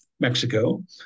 Mexico